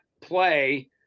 play –